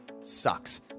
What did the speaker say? sucks